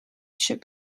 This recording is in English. should